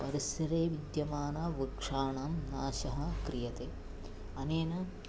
परिसरे विद्यमानानां वृक्षाणां नाशः क्रियते अनेन